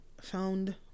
found